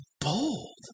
bold